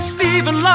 Stephen